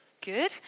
good